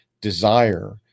desire